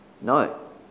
No